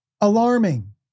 alarming